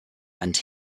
and